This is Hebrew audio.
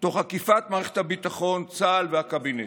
תוך עקיפת מערכת הביטחון, צה"ל והקבינט,